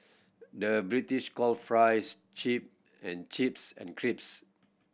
the British call fries chip and chips and crisps